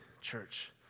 church